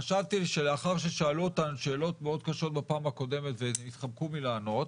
חשבתי שלאחר ששאלו אותם שאלות מאוד קשות בפעם הקודמת והם התחמקו מלענות,